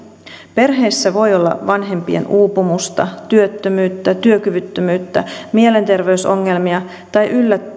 perheissä voi olla vanhempien uupumusta työttömyyttä työkyvyttömyyttä mielenterveysongelmia tai